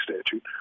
statute